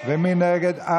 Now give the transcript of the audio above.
מי נגד?